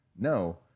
No